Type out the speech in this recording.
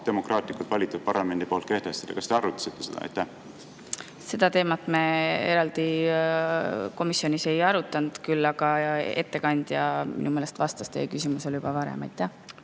demokraatlikult valitud parlamendi kaudu kehtestada? Kas te arutasite seda? Seda teemat me eraldi komisjonis ei arutanud, küll aga ettekandja minu meelest vastas teie küsimusele juba varem. Seda